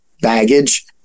baggage